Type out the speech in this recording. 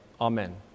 amen